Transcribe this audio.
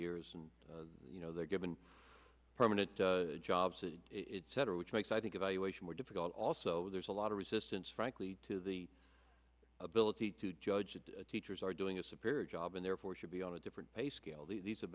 years and you know they're given permanent jobs it said or which makes i think evaluation more difficult also there's a lot of resistance frankly to the ability to judge that teachers are doing a superior job and therefore should be on a different pay scale these have